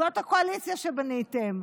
זאת הקואליציה שבניתם.